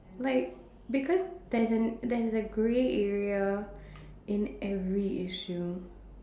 like because there's a there's a grey area in every issue